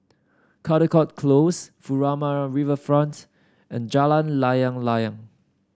Caldecott Close Furama Riverfront and Jalan Layang Layang